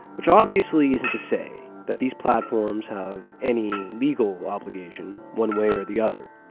which obviously isn't to say that these platforms have any legal-obligation one way or the other.